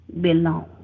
belong